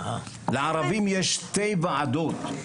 לערבים יש שתי ועדות.